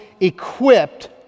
equipped